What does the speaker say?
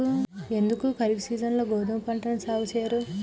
ఎందుకు ఖరీఫ్ సీజన్లో గోధుమ పంటను సాగు చెయ్యరు?